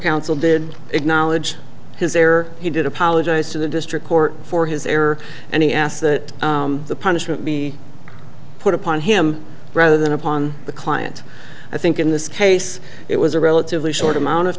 counsel did acknowledge his error he did apologize to the district court for his error and he asked that the punishment be put upon him rather than upon the client i think in this case it was a relatively short amount of